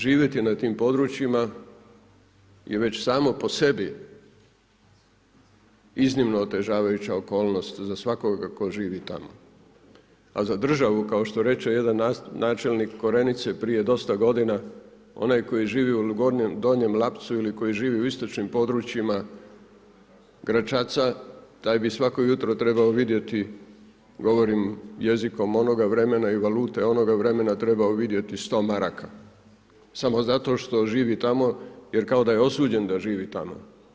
Živjeti na tim područjima je već samo po sebi iznimno otežavajuća okolnost za svakoga tko živi tamo, a za državu kao što reče jedan načelnik Korenice prije dosta godina onaj koji živi u Donjem Lapcu ili koji živi u istočnim područjima Gračaca taj bi svako jutro trebao vidjeti govorim jezikom onoga vremena i valute onoga vremena trebao vidjeti sto maraka samo zato što živi tamo jer kao da je osuđen da živi tamo.